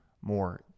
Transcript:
more